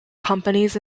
companies